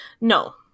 No